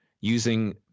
using